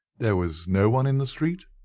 there was no one in the street?